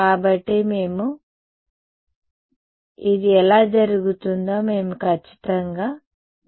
కాబట్టి మేము అవును అంటే ఇది ఎలా జరుగుతుందో మేము ఖచ్చితంగా చూస్తాము